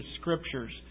Scriptures